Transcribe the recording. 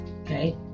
okay